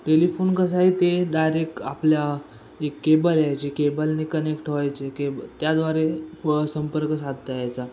telephone कसं आहे ते डायरेक्ट आपल्या जी केबल यायची केबलने कनेक्ट व्हायचे केब त्याद्वारे संपर्क साधता यायचा